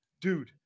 dude